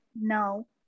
No